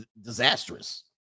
disastrous